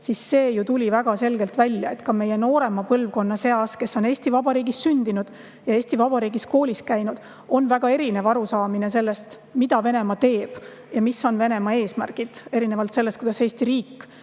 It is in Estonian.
siis see ju tuli väga selgelt välja, et ka meie noorema põlvkonna seas, kes on Eesti Vabariigis sündinud ja Eesti Vabariigis koolis käinud, on väga erinev arusaamine sellest, mida Venemaa teeb ja mis on Venemaa eesmärgid. See erineb sellest, kuidas Eesti riik